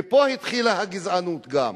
מפה התחילה הגזענות, גם.